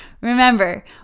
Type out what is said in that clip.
Remember